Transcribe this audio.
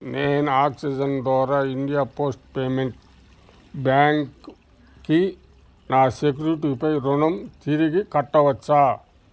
నేను ఆక్సిజన్ ద్వారా India post payments బ్యాంక్కి నా సెక్యూరిటీ పై రుణం తిరిగి కట్టవచ్చా